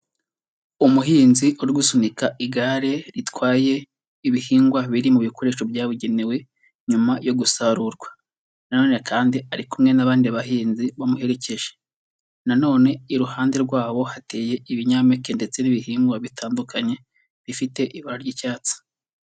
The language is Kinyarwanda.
Umuhinzi uri gusunika igare ritwaye ibihingwa biri mu bikoresho byabugenewe nyuma yo gusarurwa, na none kandi ari kumwe n'abandi bahinzi bamuherekeje, na none iruhande rwabo hateye ibinyampeke ndetse n'ibihingwa bitandukanye bifite ibara ry'icyatsi.